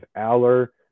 Aller